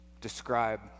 describe